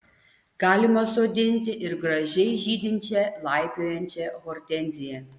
galima sodinti ir gražiai žydinčią laipiojančią hortenziją